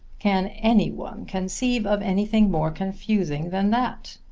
can any one conceive of anything more confusing than that?